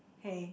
hey